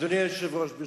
אדוני היושב-ראש,